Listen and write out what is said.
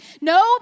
No